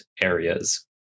areas